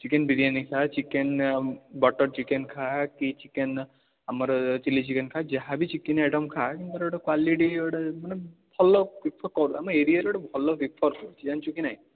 chicken biryani ଖା chicken butter chicken ଖା କି ଚିକେନ୍ ଆମର ଚିଲି ଚିକେନ୍ ଖା ଯାହା ବି ଚିକେନ୍ ଆଇଟମ୍ ଖା କିନ୍ତୁ ତା'ର ଗୋଟେ କ୍ୱାଲିଟି ଗୋଟେ ମାନେ ଭଲ ପ୍ରିଫର୍ କରୁ ଆମ ଏରିଆରେ ଗୋଟେ ଭଲ ପ୍ରିଫର୍ କରୁଛି ଜାଣିଛୁ କି ନାହିଁ